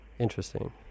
interesting